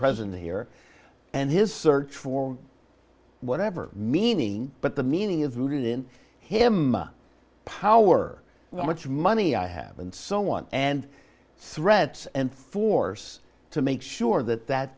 present here and his search for whatever meaning but the meaning of rooted in him power well much money i have and so on and threats and force to make sure that that